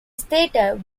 stated